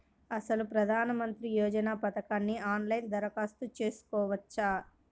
అసలు ప్రధాన మంత్రి యోజన పథకానికి ఆన్లైన్లో దరఖాస్తు చేసుకోవచ్చా?